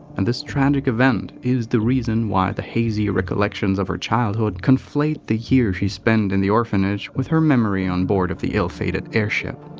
and this tragic event is the reason why the hazy recollections of her childhood conflate the year she spent in the orphanage with her memory on board of the ill-fated airship.